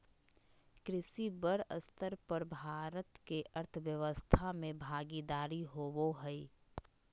कृषि बड़ स्तर पर भारत के अर्थव्यवस्था में भागीदारी होबो हइ